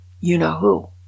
you-know-who